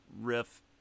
riff